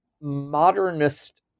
modernist